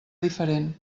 diferent